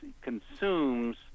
consumes